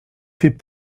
fait